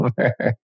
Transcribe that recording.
over